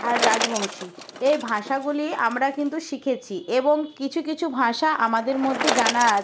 আর রাজবংশী এই ভাষাগুলি আমরা কিন্তু শিখেছি এবং কিছু কিছু ভাষা আমাদের মধ্যে জানা আছে